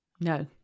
No